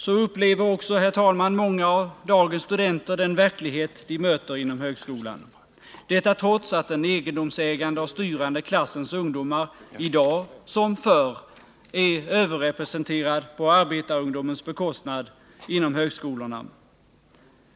Så upplever också, herr talman, många av dagens studenter den verklighet de möter inom högskolan — detta trots att den egendomsägande och styrande klassens ungdomar, i dag som förr, är överrepresenterade på arbetarungdomens bekostnad inom högskolorna.